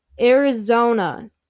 Arizona